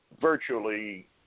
Virtually